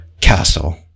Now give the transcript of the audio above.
Castle